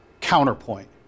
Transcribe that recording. counterpoint